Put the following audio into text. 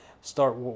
start